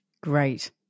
Great